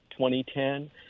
2010